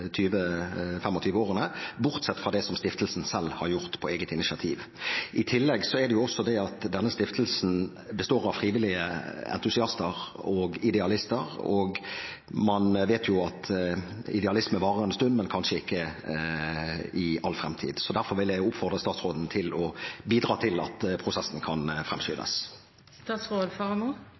årene, bortsett fra det som stiftelsen selv har gjort på eget initiativ. I tillegg består denne stiftelsen av frivillige entusiaster og idealister, og man vet jo at idealisme varer en stund, men kanskje ikke i all fremtid. Derfor vil jeg oppfordre statsråden til å bidra til at prosessen kan